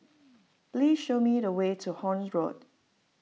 please show me the way to Horne Road